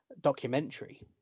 documentary